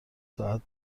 ساعت